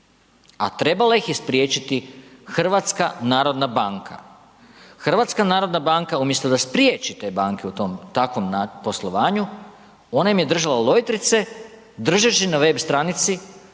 a trebala ih je spriječiti HNB. HNB umjesto da spriječi te banke u tom takvom poslovanju ona im je držala lojtrice držeći na web stranici